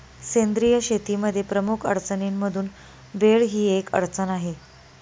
सेंद्रिय शेतीमध्ये प्रमुख अडचणींमधून वेळ ही एक अडचण आहे